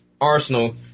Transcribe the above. Arsenal